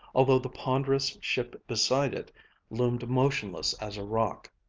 although the ponderous ship beside it loomed motionless as a rock.